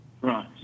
Right